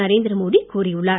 நரேந்திர மோடி கூறியுள்ளார்